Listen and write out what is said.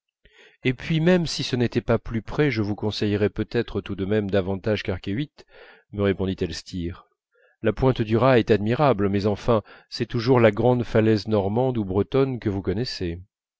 et puis même si ce n'était pas plus près je vous conseillerais peut-être tout de même davantage carquethuit me répondit elstir la pointe du raz est admirable mais enfin c'est toujours la grande falaise normande ou bretonne que vous connaissez